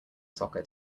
soccer